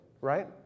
right